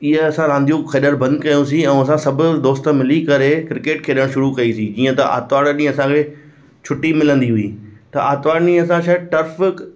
इहे असां रांदियूं खेॾणु बंदि कयूंसीं ऐं असां सभु दोस्त मिली करे क्रिकेट खेॾणु शुरू कई सी जीअं त आर्तवारु ॾींहुं असांखे छुटी मिलंदी हुई त आर्तवारु ॾींहुं असां टफ़क